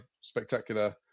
spectacular